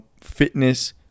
fitness